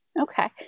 Okay